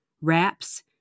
wraps